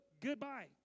goodbye